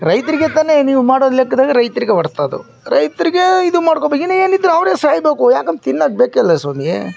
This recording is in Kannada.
ರೈತರಿಗೆ ತಾನೇ ನೀವು ಮಾಡೋ ಲೆಕ್ಕದಾಗೆ ರೈತರಿಗೆ ಹೊಡ್ತ ಅದು ರೈತರಿಗೆ ಇದು ಮಾಡ್ಕೋಬೇಕು ಇನ್ನು ಏನಿದ್ರು ಅವರೆ ಸಾಯಬೇಕು ಯಾಕಂತ ತಿನ್ನೊಕ್ ಬೇಕಲ್ಲ ಸ್ವಾಮಿ